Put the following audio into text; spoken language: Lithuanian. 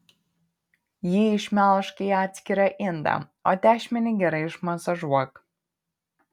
jį išmelžk į atskirą indą o tešmenį gerai išmasažuok